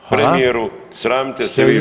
Premijeru sramite se